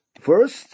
first